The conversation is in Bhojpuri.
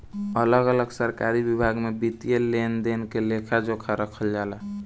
अलग अलग सरकारी विभाग में वित्तीय लेन देन के लेखा जोखा रखल जाला